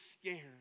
scared